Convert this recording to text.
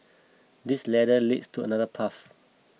this ladder leads to another path